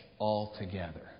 altogether